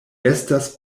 estas